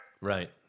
Right